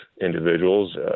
individuals